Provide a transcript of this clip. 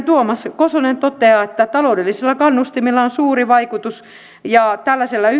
tuomas kosonen toteaa että taloudellisilla kannustimilla on suuri vaikutus ja